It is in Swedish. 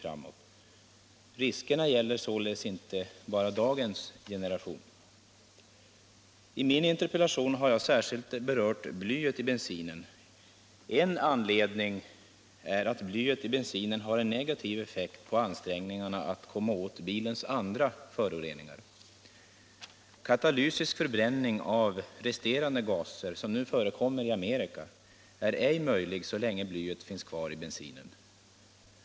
Riskerna gäller således inte bara dagens generation. I min interpellation har jag särskilt berört blyet i bensinen. En anledning till det är att denna har en negativ effekt på ansträngningarna att komma åt bilismens andra föroreningar. Katalysisk förbränning av resterande gaser, som nu förekommer i Amerika, är ej möjlig så länge blyet finns kvar i bensinen.